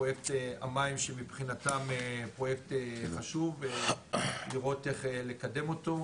פרויקט המים שמבחינתם הוא פרויקט חשוב וצריך לראות כיצד מקדמים אותו,